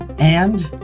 and.